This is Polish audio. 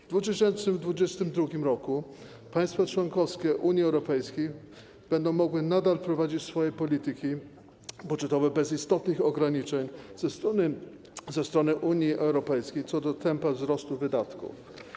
W 2022 r. państwa członkowskie Unii Europejskiej będą mogły nadal prowadzić swoje polityki budżetowe bez istotnych ograniczeń ze strony Unii Europejskiej co do tempa wzrostu wydatków.